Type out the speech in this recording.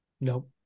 Nope